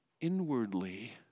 inwardly